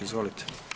Izvolite.